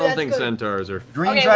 think centaurs are fey.